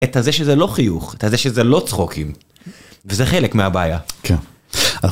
את הזה שזה לא חיוך, את הזה שזה לא צחוקים. וזה חלק מהבעיה. כן.